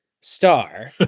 Star